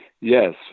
Yes